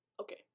Okay